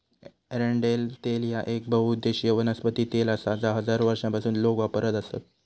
एरंडेल तेल ह्या येक बहुउद्देशीय वनस्पती तेल आसा जा हजारो वर्षांपासून लोक वापरत आसत